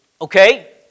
okay